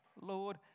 Lord